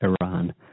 Iran